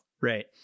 right